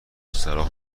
مستراح